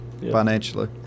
financially